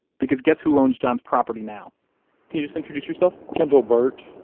because guess who owns john's property now? can you just introduce yourself? kendall burt